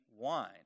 wine